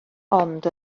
ond